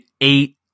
eight